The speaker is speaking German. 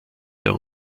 der